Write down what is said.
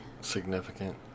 Significant